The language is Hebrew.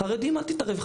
חרדים, אל תתערב.